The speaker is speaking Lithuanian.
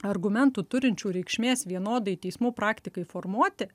argumentų turinčių reikšmės vienodai teismų praktikai formuoti